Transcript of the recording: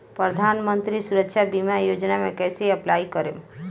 प्रधानमंत्री सुरक्षा बीमा योजना मे कैसे अप्लाई करेम?